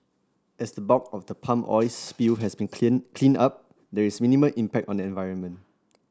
as the bulk of the palm oil spill has been clean cleaned up there is minimal impact on the environment